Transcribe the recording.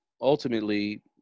ultimately